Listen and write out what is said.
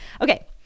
okay